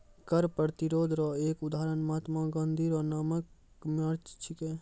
कर प्रतिरोध रो एक उदहारण महात्मा गाँधी रो नामक मार्च छिकै